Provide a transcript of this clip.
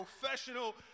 professional